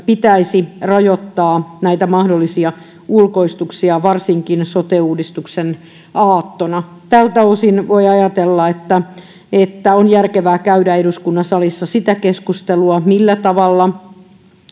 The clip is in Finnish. pitäisi rajoittaa näitä mahdollisia ulkoistuksia varsinkin sote uudistuksen aattona tältä osin voi ajatella että että on järkevää käydä eduskunnan salissa sitä keskustelua millä tavalla